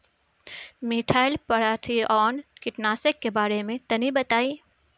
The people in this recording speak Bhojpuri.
मिथाइल पाराथीऑन कीटनाशक के बारे में तनि बताई?